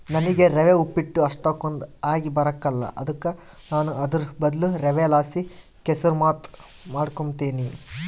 ನನಿಗೆ ರವೆ ಉಪ್ಪಿಟ್ಟು ಅಷ್ಟಕೊಂದ್ ಆಗಿಬರಕಲ್ಲ ಅದುಕ ನಾನು ಅದುರ್ ಬದ್ಲು ರವೆಲಾಸಿ ಕೆಸುರ್ಮಾತ್ ಮಾಡಿಕೆಂಬ್ತೀನಿ